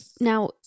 now